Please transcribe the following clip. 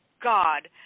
God